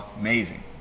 amazing